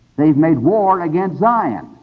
they've made war against zion.